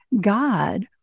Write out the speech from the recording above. God